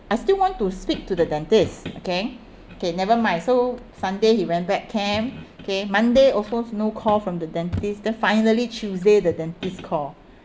I still want to speak to the dentist okay okay never mind so sunday he went back camp okay monday also no call from the dentist then finally tuesday the dentist called